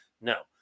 No